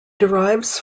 derives